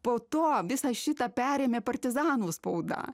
po to visą šitą perėmė partizanų spauda